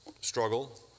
struggle